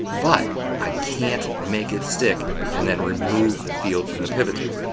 but i can't make it stick and then remove the field from the pivot table.